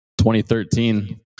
2013